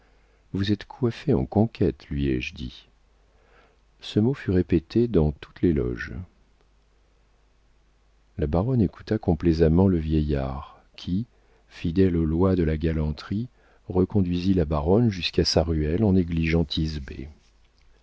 vous êtes coiffée en conquête lui ai-je dit ce mot fut répété dans toutes les loges la baronne écouta complaisamment le vieillard qui fidèle aux lois de la galanterie reconduisit la baronne jusqu'à sa ruelle en négligeant